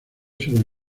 sobre